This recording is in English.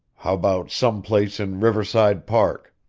how about some place in riverside park?